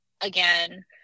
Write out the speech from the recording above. again